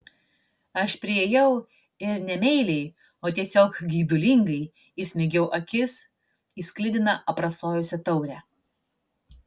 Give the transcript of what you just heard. aš priėjau ir ne meiliai o tiesiog geidulingai įsmeigiau akis į sklidiną aprasojusią taurę